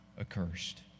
accursed